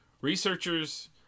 Researchers